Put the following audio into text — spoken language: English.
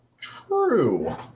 True